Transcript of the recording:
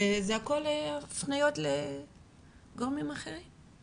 זה הכל הפניות לגורמים אחרים.